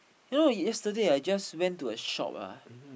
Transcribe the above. you know yesterday I just went to a shop ah